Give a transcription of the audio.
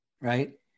right